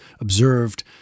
observed